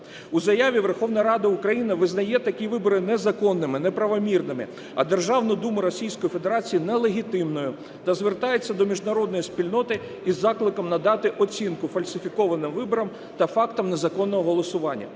У заяві Верховна Рада України визначає такі вибори незаконними, неправомірними, а Державну Думу Російської Федерації – нелегітимною, та звертається до міжнародної спільноти із закликом надати оцінку фальсифікованим виборам та фактам незаконного голосування.